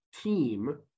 team